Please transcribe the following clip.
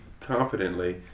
confidently